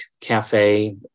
cafe